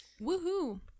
Woohoo